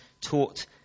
taught